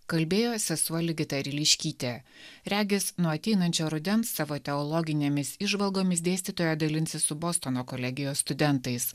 kalbėjo sesuo ligita ryliškytė regis nuo ateinančio rudens savo teologinėmis įžvalgomis dėstytoja dalinsis su bostono kolegijos studentais